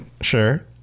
sure